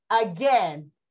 Again